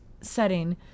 setting